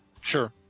sure